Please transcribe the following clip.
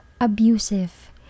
abusive